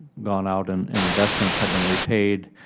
gone out and in investments have been repaid,